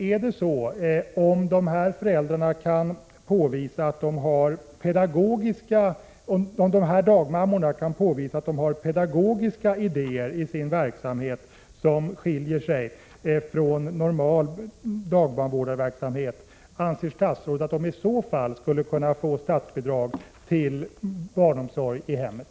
Vidare: Om de här dagmammorna kan påvisa att de har pedagogiska idéer isin verksamhet som skiljer sig från normal dagbarnvårdarverksamhet, anser statsrådet att de i så fall skall kunna få statsbidrag till barnomsorg i hemmet?